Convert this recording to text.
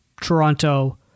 Toronto